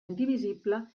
indivisible